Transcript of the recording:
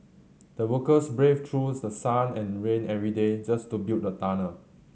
the workers braved through the sun and rain every day just to build a tunnel